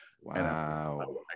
Wow